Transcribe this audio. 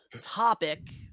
topic